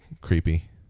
creepy